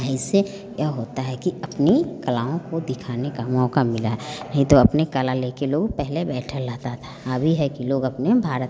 यही से यह होता है कि अपने कलाओं को दिखाने का मौक़ा मिला है नहीं तो अपनी कला लेकर लोग पहले बैठा रहता थे अभी है कि लोग अपने भारत